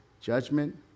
judgment